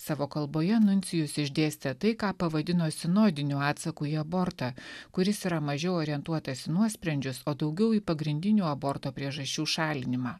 savo kalboje nuncijus išdėstė tai ką pavadino sinodiniu atsaku į abortą kuris yra mažiau orientuotas į nuosprendžius o daugiau į pagrindinių aborto priežasčių šalinimą